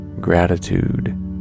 gratitude